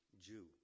Jew